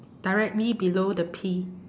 directly below the P